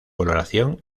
coloración